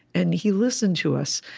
and he listened to us,